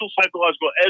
psychological